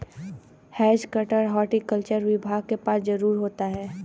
has cutter horticulture विभाग के पास जरूर होता है